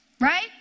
Right